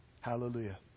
Hallelujah